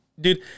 Dude